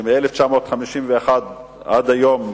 וזה לא תוקן מ-1951 ועד היום,